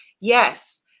yes